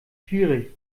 schwierig